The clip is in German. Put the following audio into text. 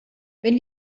wenn